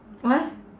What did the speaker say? what